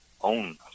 own